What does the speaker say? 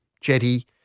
jetty